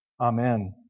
Amen